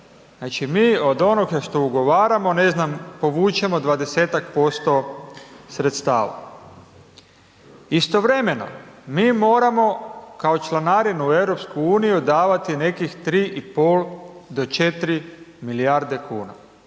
mi od onoga što ugovaramo, ne znam, povučemo 20-tak% sredstava. Istovremeno, mi moramo kao članarinu u EU davati nekih 3,5 do 4 milijarde kuna.